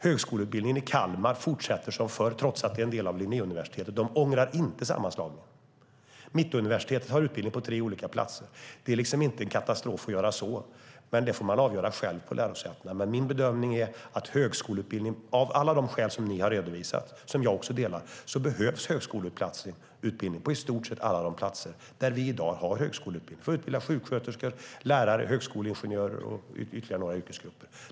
Högskoleutbildningen i Kalmar fortsätter som förr trots att det är en del av Linnéuniversitetet. De ångrar inte sammanslagningen. Mittuniversitetet har utbildning på tre olika platser. Det är ingen katastrof. Man får avgöra det själv på lärosätena. Min bedömning är att av alla de skäl som ni har redovisat och som jag håller med om behövs högskoleutbildning på i stort sett alla de platser där vi i dag har högskoleutbildning för att utbilda sjuksköterskor, lärare, högskoleingenjörer och andra.